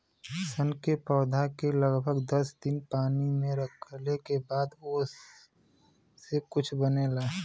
सन के पौधा के लगभग दस दिन पानी में रखले के बाद ओसे कुछो बनला